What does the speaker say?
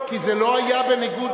כי זה לא היה בניגוד,